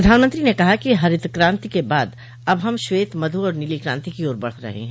प्रधानमंत्री ने कहा कि हरित क्रांति के बाद अब हम श्वेत मधु और नीली क्रांति की ओर बढ़ रहे हैं